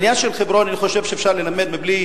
את העניין של חברון אני חושב שאפשר ללמד מבלי